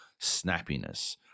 snappiness